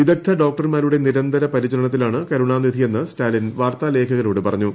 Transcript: വിദഗ്ദ്ധ ഡോക്ടർമാരുടെ നിരന്തര പരിചരണത്തിലാണ് കരുണാനിധിയെന്ന് സ്റ്റാലിൻ വാർത്താ ലേഖകരോട് പറഞ്ഞു